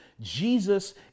Jesus